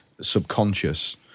subconscious